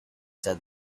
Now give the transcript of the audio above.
said